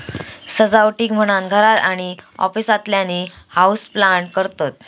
सजावटीक म्हणान घरात आणि ऑफिसातल्यानी हाऊसप्लांट करतत